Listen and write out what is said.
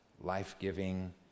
life-giving